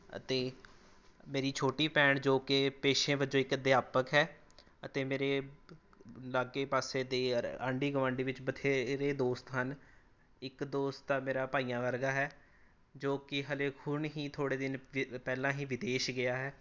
ਅਤੇ ਮੇਰੀ ਛੋਟੀ ਭੈਣ ਜੋ ਕਿ ਪੇਸ਼ੇ ਵਜੋਂ ਇੱਕ ਅਧਿਆਪਕ ਹੈ ਅਤੇ ਮੇਰੇ ਲਾਗੇ ਪਾਸੇ ਦੇ ਆਂਢੀ ਗੁਆਂਢੀ ਵਿੱਚ ਬਥੇਰੇ ਦੋਸਤ ਹਨ ਇੱਕ ਦੋਸਤ ਆ ਮੇਰਾ ਭਾਈਆਂ ਵਰਗਾ ਹੈ ਜੋ ਕਿ ਹਾਲੇ ਹੁਣ ਹੀ ਥੋੜ੍ਹੇ ਦਿਨ ਪਹਿਲਾਂ ਹੀ ਵਿਦੇਸ਼ ਗਿਆ ਹੈ